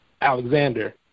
Alexander